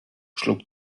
schlug